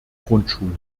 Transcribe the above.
grundschule